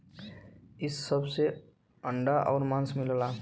इ सब से अंडा आउर मांस मिलला